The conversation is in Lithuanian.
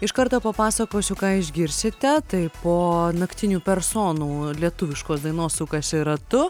iš karto papasakosiu ką išgirsite tai po naktinių personų lietuviškos dainos sukasi ratu